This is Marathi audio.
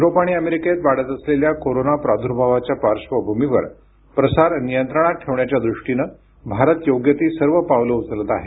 युरोप आणि अमेरिकेत वाढत असलेल्या कोरोना प्राद्भावाच्या पार्श्वभूमीवर प्रसार नियंत्रणात ठेवण्याच्या दृष्टीनं भारत योग्य ती सर्व पावलं उचलत आहे